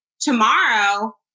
tomorrow